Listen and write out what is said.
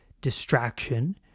distraction